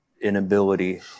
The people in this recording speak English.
inability